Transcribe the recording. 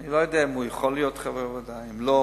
אני לא יודע אם הוא יכול להיות חבר ועדה, אם לא.